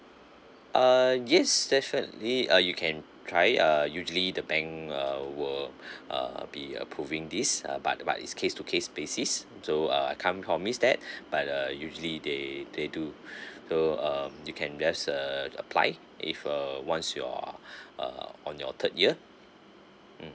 ah yes definitely uh you can try uh usually the bank uh will uh be approving this err but uh but it's case to case basis so uh can't promise that but uh usually they they do so um you can just uh apply if err once you're err on your third year mm